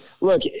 look